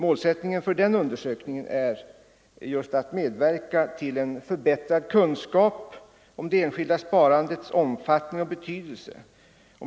Målsättningen för den undersökningen är just att medverka till en förbättrad kunskap om det enskilda sparandets omfattning och betydelse.